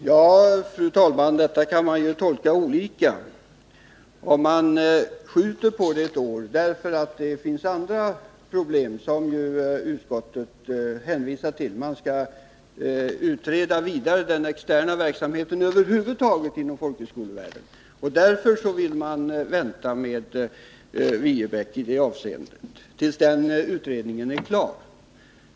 Fru talman! Detta kan man tolka olika. Man skjuter på beslutet ett år, därför att det finns problem som utskottet hänvisar till. Man skall ytterligare utreda den externa verksamheten över huvud taget inom folkhögskolevärlden, och därför vill man vänta med beslut när det gäller Viebäcksskolan, tills den utredningen är klar.